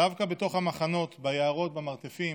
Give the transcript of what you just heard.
דווקא בתוך המחנות, ביערות, במרתפים,